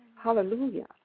Hallelujah